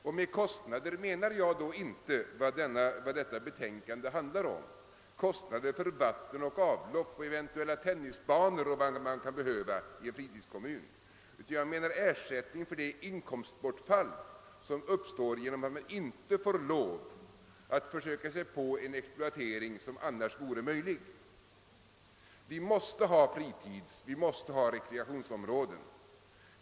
Och då avser jag inte sådana kostnader som föreliggande betänkande handlar om, nämligen kostnader för vatten och avlopp, eventuella tennisbanor och allt vad man kan behöva i en fritidskommun, utan jag tänker framför allt på det inkomstbortfall som uppstår genom att man inte får lov att försöka sig på en exploatering som annars vore möjlig. Vi måste ha rekreationsområden.